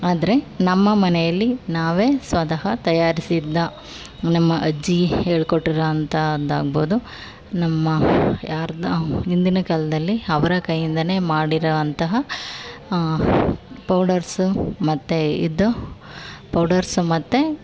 ಆದರೆ ನಮ್ಮ ಮನೆಯಲ್ಲಿ ನಾವೇ ಸ್ವತಃ ತಯಾರಿಸಿದ್ದ ನಮ್ಮ ಅಜ್ಜಿ ಹೇಳ್ಕೊಟ್ಟಿರುವಂಥದ್ದಾಗ್ಬೋದು ನಮ್ಮ ಯಾರದ್ದು ಹಿಂದಿನ ಕಾಲದಲ್ಲಿ ಅವರ ಕೈಯಿಂದಲೇ ಮಾಡಿರುವಂತಹ ಪೌಡರ್ಸು ಮತ್ತು ಇದು ಪೌಡರ್ಸ್ ಮತ್ತು